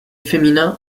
féminin